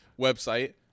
website